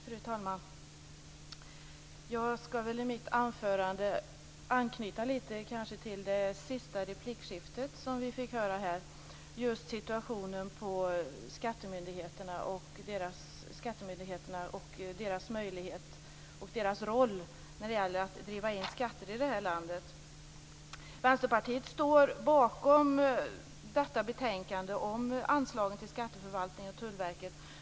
Fru talman! Jag skall i mitt anförande anknyta lite till det senaste replikskiftet om situationen på skattemyndigheterna och deras möjlighet och roll när det gäller att driva in skatter i det här landet. Vänsterpartiet står bakom detta betänkande om anslagen till Skatteförvaltningen och Tullverket.